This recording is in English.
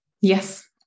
Yes